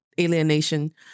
alienation